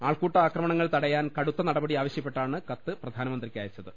ആൾക്കൂട്ട ആക്ര മണങ്ങൾ തടയാൻ കടുത്ത നടപടി ആവശ്യപ്പെട്ടാണ് കത്ത് പ്രധാനമന്ത്രിക്കയച്ചത്